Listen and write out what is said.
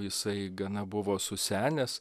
jisai gana buvo susenęs